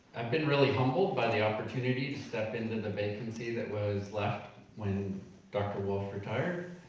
i've been really humbled by the opportunity to step into the vacancy that was left when dr. wulff retired.